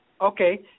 Okay